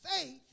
faith